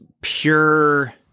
pure